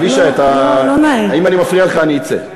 אבישי, אם אני מפריע לך אני אצא.